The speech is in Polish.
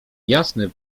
jasny